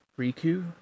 Riku